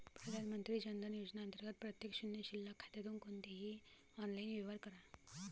प्रधानमंत्री जन धन योजना अंतर्गत प्रत्येक शून्य शिल्लक खात्यातून कोणतेही ऑनलाइन व्यवहार करा